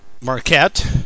Marquette